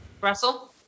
Russell